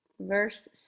verse